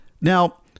Now